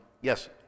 yes